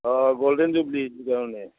অঁ golden jubilee কাৰণে